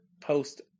post